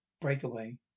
Breakaway